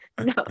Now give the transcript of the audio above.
no